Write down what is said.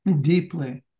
Deeply